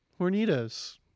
Hornitos